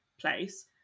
place